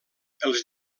els